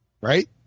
Right